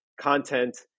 content